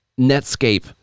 Netscape